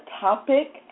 topic